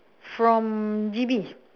from G_B